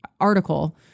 article